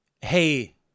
Hey